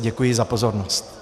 Děkuji za pozornost.